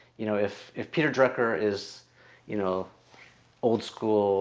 you know if if peter drucker is you know old-school